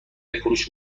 فروش